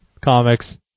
comics